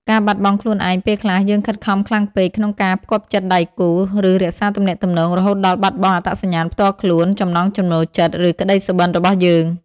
ការបាត់បង់ខ្លួនឯងពេលខ្លះ យើងខិតខំខ្លាំងពេកក្នុងការផ្គាប់ចិត្តដៃគូ ឬរក្សាទំនាក់ទំនង រហូតដល់បាត់បង់អត្តសញ្ញាណផ្ទាល់ខ្លួន ចំណង់ចំណូលចិត្ត ឬក្តីសុបិន្តរបស់យើង។